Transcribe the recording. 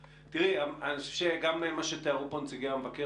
אני חושב שגם מה שתיארו פה נציגי המבקר